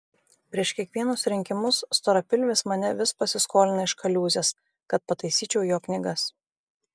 prieš kiekvienus rinkimus storapilvis mane vis pasiskolina iš kaliūzės kad pataisyčiau jo knygas